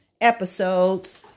episodes